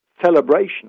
celebration